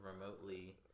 remotely